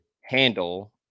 handle